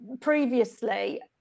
previously